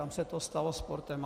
Tam se to stalo sportem.